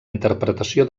interpretació